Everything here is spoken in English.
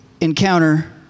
encounter